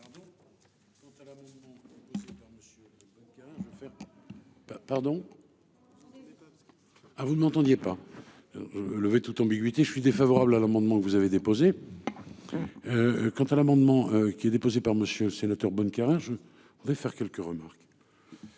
Pardon. Ah vous m'entendiez pas. Lever toute ambiguïté, je suis défavorable à l'amendement que vous avez déposé. Quant à l'amendement qui est déposé par Monsieur le Sénateur. Bonnecarrere, je vais faire quelques remarques.